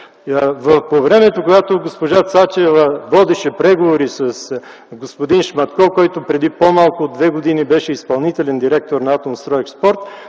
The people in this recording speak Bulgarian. По времето, когато госпожа Цачева водеше преговори с господин Шматко, който преди по-малко от две години беше изпълнителен директор на „Атомстройекспорт”,